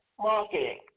marketing